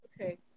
Okay